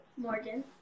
Morgan